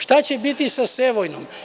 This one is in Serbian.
Šta će biti sa Sevojnom?